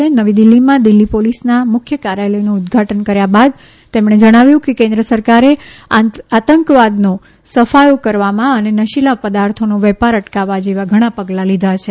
આજે નવી દિલ્ફીમાં દિલ્ફી પોલીસના મુખ્ય કાર્યાલયનું ઉદઘાટન કર્યા બાદ જણાવ્યું કે કેન્દ્ર સરકારે આતંકવાદનો સફાયો કરવામાં અને નશીલા પદાર્થોનો વેપાર અટકાવવા જેવા ઘણા પગલા લીધા છે